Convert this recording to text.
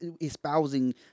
espousing